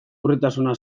urritasuna